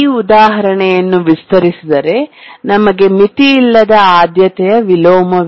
ಈ ಉದಾಹರಣೆಯನ್ನು ವಿಸ್ತರಿಸಿದರೆ ನಮಗೆ ಮಿತಿಯಿಲ್ಲದ ಆದ್ಯತೆಯ ವಿಲೋಮವಿದೆ